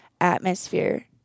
atmosphere